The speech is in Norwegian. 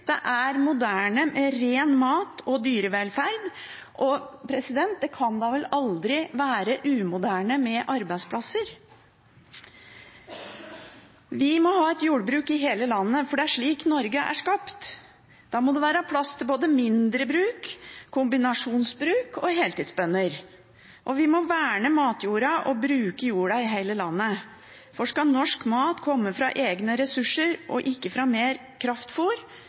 det er moderne med ren mat og dyrevelferd – og det kan vel aldri være umoderne med arbeidsplasser. Vi må ha et jordbruk i hele landet, for det er slik Norge er skapt. Da må det være plass til både mindre bruk, kombinasjonsbruk og heltidsbønder. Vi må verne matjorda og bruke jorda i hele landet. Skal norsk mat komme fra egne ressurser og ikke fra mer